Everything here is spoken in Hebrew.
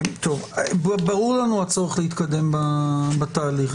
ברור לנו הצורך להתקדם בתהליך,